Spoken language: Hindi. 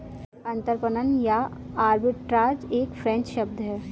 अंतरपणन या आर्बिट्राज एक फ्रेंच शब्द है